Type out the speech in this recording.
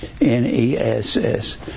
N-E-S-S